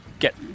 Get